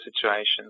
situations